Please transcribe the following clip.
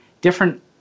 different